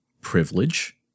privilege